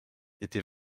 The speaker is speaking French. était